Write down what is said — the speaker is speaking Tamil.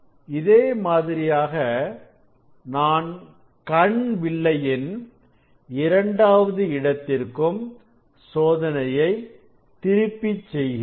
இதே மாதிரியாக நான் கண் வில்லை யின் இரண்டாவது இடத்திற்கும் சோதனையை திருப்பி செய்கிறேன்